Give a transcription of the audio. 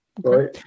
right